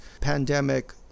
pandemic